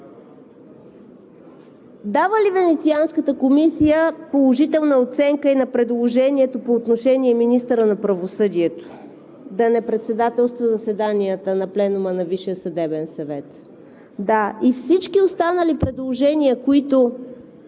Дава ли Венецианската комисия положителна оценка и на предложението по отношение министъра на правосъдието – да не председателства заседанията на пленума на Висшия съдебен съвет? Да, и всички останали предложения, които